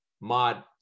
mod